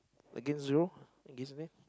against zero against there